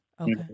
okay